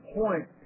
point